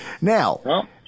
Now